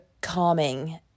calming